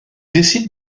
décide